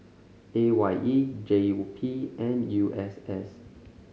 A Y E J P and U S S